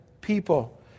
people